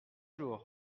jours